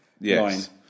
Yes